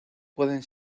pueden